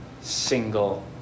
single